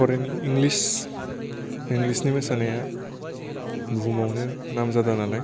foreign English इंलिसनि मोसानाया बुहुमावनो नामजादा नालाय